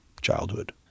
childhood